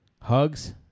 Hugs